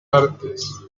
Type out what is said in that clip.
artes